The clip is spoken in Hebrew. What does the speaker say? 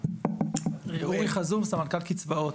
אוריאל כזום, סמנכ"ל קצבאות.